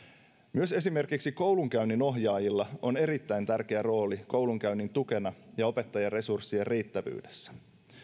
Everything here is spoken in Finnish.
myös esimerkiksi koulunkäynninohjaajilla on erittäin tärkeä rooli koulunkäynnin tukena ja opettajaresurssien riittävyydessä